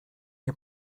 nie